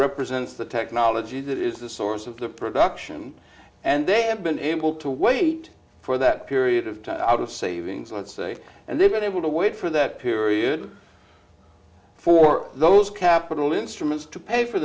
represents the technology that is the source of the production and they have been able to wait for that period of time out of savings let's say and they've been able to wait for that period for those capital instruments to pay for